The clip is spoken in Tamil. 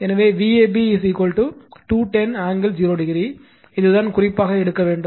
எனவே Vab 210 ஆங்கிள் 0o இதுதான் குறிப்பாக எடுக்க வேண்டும்